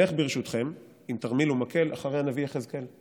אלך ברשותכם, עם תרמיל ומקל, אחר הנביא יחזקאל.